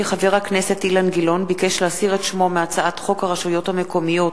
כי חבר הכנסת אילן גילאון ביקש להסיר את שמו מהצעת חוק הרשויות המקומיות